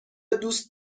دوست